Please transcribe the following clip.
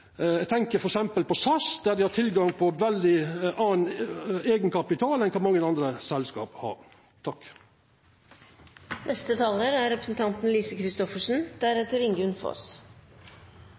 Eg tenkjer t.d. på SAS, der dei har tilgjenge på veldig mykje meir eigenkapital enn mange andre selskap har.